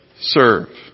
Serve